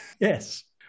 Yes